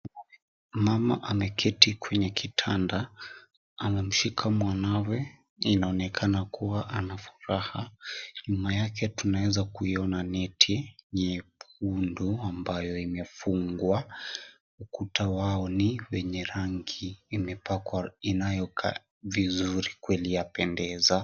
Mama ameketi kwenye kitanda. Anamshika mwanawe. Inaonekana kuwa ana furaha. Nyuma yake tunaweza kuiona neti nyekundu ambayo imefungwa. Ukuta wao ni wenye rangi imepakwa inayokaa vizuri, kweli yapendeza.